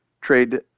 trade